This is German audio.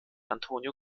antonio